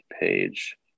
page